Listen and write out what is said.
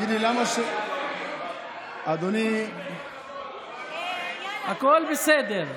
תגיד לי למה, אדוני, הכול בסדר.